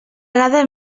vegada